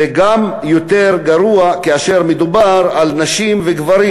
זה יותר גרוע כאשר מדובר על נשים וגברים.